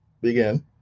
Begin